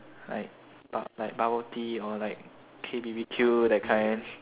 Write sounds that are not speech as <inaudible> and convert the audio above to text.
like bub~ like bubble tea or like K B_B_Q that kind <noise>